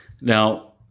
now